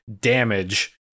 damage